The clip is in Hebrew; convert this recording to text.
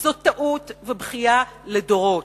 זאת טעות ובכייה לדורות.